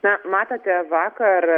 na matote vakar